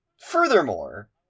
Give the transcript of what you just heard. furthermore